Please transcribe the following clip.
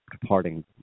departing